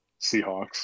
Seahawks